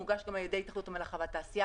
היא הוגשה גם על ידי התאחדות המלאכה והתעשייה,